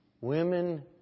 Women